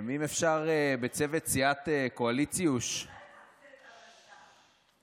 אם אפשר בצוות סיעת קואליציוש, בבקשה.